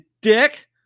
dick